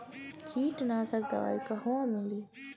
कीटनाशक दवाई कहवा मिली?